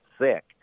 sick